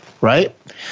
Right